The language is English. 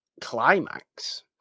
climax